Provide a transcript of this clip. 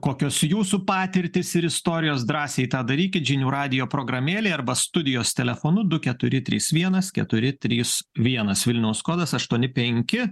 kokios jūsų patirtys ir istorijos drąsiai tą darykit žinių radijo programėlėj arba studijos telefonu du keturi trys vienas keturi trys vienas vilniaus kodas aštuoni penki